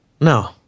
No